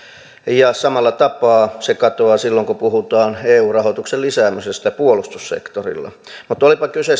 ja samalla tapaa se katoaa silloin kun puhutaan eu rahoituksen lisäämisestä puolustussektorilla mutta olipa kyse